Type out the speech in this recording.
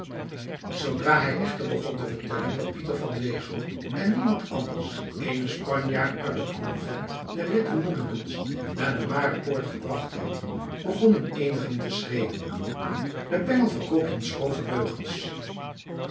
zoodra hij echter begon te vertellen dat pieter van wezel en niemand anders eenen spanjaard uit het convent der witte nonnekens naar de marepoort gebracht had begonnen eenigen te schreeuwen de bengel verkoopt ons grove leugens